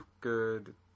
good